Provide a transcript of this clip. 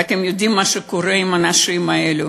ואתם יודעים מה קורה עם האנשים האלה,